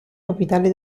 capitale